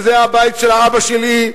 וזה היה הבית של אבא שלי,